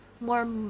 more